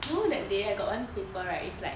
you know that day I got one paper right is like